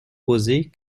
rosées